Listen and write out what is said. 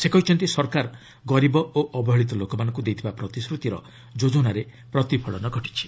ସେ କହିଛନ୍ତି ସରକାର ଗରିବ ଓ ଅବହେଳିତ ଲୋକମାନଙ୍କୁ ଦେଇଥିବା ପ୍ରତିଶ୍ରତିର ଯୋଜନାରେ ପ୍ରତିଫଳନ ଘଟିଛି